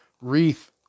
wreath